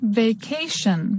vacation